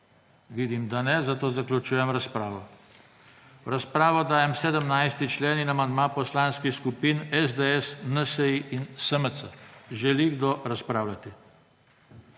da ne. Zato zaključujem razpravo. V razpravo dajem 146. člen in amandma Poslanskih skupin SDS, NSi in SMC. Želi kdo razpravljati?